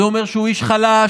זה אומר שהוא איש חלש,